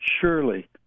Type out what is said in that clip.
Surely